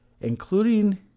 including